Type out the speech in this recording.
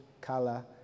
color